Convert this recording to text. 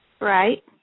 Right